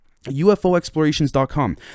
UFOexplorations.com